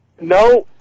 No